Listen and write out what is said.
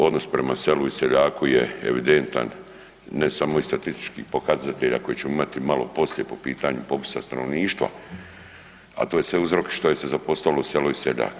Odnos prema selu i seljaku je evidentan ne samo iz statističkih pokazatelja koje ćemo imati malo poslije po pitanju popisa stanovništva, a to je sve uzrok što je se zapostavilo selo i seljak.